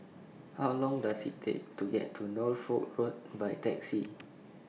How Long Does IT Take to get to Norfolk Road By Taxi